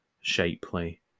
shapely